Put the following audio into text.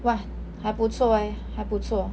!wah! 还不错 eh 还不错